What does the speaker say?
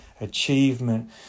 achievement